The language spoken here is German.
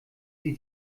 sie